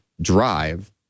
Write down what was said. drive